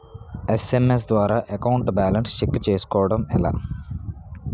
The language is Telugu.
ఎస్.ఎం.ఎస్ ద్వారా అకౌంట్ బాలన్స్ చెక్ చేసుకోవటం ఎలా?